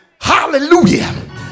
Hallelujah